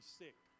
sick